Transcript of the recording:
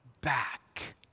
back